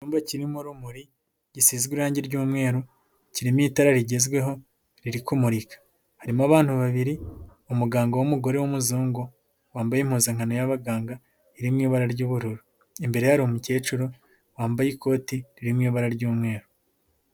Icyumba kirimo urumuri, gisizwe irangi ry'umweru, kirimo itara rigezweho riri kumurika. Harimo abantu babiri, umuganga w'umugore w'umuzungu, wambaye impuzankano y'abaganga iri mu ibara ry'ubururu. Imbere ye hari umukecuru, wambaye ikoti riri mu ibara ry'umweru.